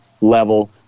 level